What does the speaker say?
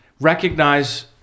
recognize